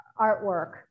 artwork